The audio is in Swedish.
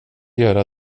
göra